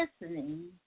listening